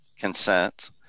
consent